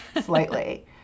slightly